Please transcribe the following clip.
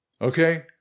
Okay